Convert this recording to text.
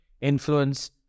influence